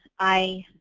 i